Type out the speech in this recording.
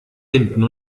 hinten